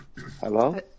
Hello